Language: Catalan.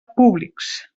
públics